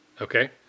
Okay